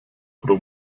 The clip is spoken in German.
pro